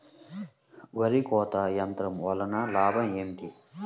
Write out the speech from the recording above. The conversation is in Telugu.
వరి కోత యంత్రం వలన లాభం ఏమిటి?